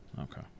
Okay